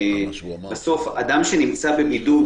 אדם שנמצא בבידוד,